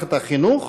במערכת החינוך?